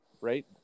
right